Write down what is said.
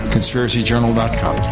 ConspiracyJournal.com